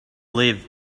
live